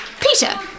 Peter